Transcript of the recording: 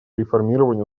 реформированию